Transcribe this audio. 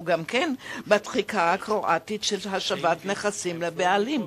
גם הם בתחיקה הקרואטית של השבת נכסים לבעלים.